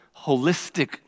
holistic